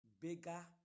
bigger